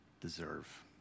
deserve